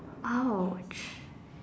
!ouch!